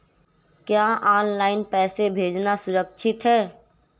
क्या ऑनलाइन पैसे भेजना सुरक्षित है?